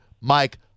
Mike